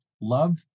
love